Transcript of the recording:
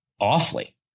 awfully